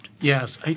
Yes